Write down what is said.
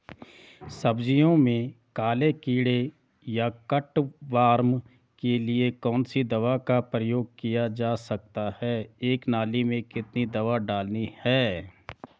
सब्जियों में काले कीड़े या कट वार्म के लिए कौन सी दवा का प्रयोग किया जा सकता है एक नाली में कितनी दवा डालनी है?